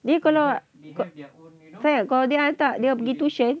dia kalau sayang kalau dia hantar dia pergi tuition